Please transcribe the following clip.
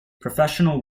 professional